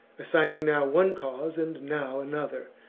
assign ing now one cause and now another,